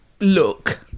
look